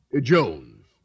Jones